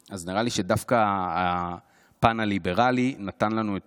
אז נראה לי שדווקא הפן הליברלי נתן לנו את